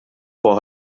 vor